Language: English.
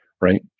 Right